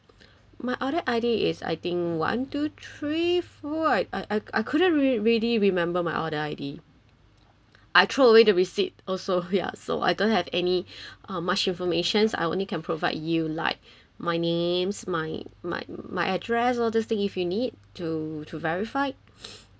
my order I_D is I think one two three four I I I couldn't really remember my ordern I_D I throw away the receipt also ya so I don't have any much informations I only can provide you like my names my my my address all this thing if you need to to verify